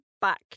back